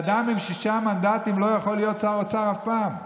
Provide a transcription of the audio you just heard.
אדם עם שישה מנדטים לא יכול להיות שר אוצר אף פעם.